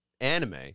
anime